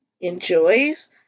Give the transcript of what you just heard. enjoys